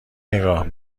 نگاه